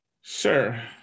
sure